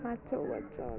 पाँच छ बज्छ